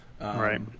right